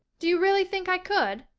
do you really think i could?